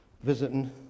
visiting